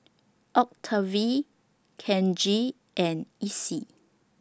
Octavie Kenji and Essie